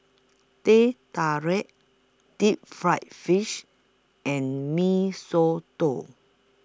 Teh Tarik Deep Fried Fish and Mee Soto